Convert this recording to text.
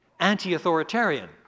anti-authoritarian